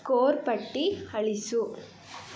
core ಪಟ್ಟಿ ಅಳಿಸು